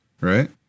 right